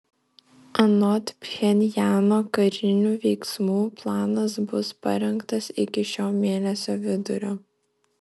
anot pchenjano karinių veiksmų planas bus parengtas iki šio mėnesio vidurio